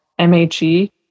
MHE